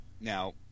now